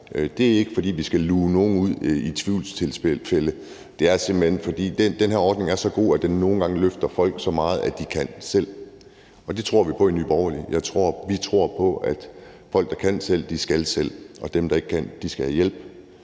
Det er ikke, fordi vi skal luge nogen ud i tvivlstilfælde; det er simpelt hen, fordi den her ordning er så god, at den nogle gange løfter folk så meget, at de selv kan, og det tror vi på i Nye Borgerlige. Vi tror på, at folk, der kan selv, skal selv, og dem, der ikke kan, skal have hjælp.